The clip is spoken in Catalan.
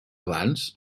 abans